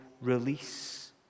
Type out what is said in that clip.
release